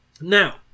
Now